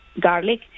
garlic